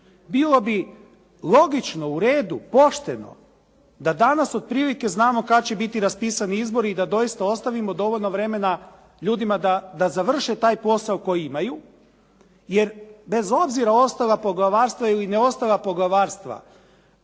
Bilo bi logično, u redu, pošteno da danas otprilike znamo kad će biti raspisani izbori i da doista ostavimo dovoljno vremena ljudima da završe taj posao koji imaju, jer bez obzira ostala poglavarstva ili ne ostala poglavarstva